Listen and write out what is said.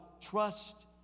trust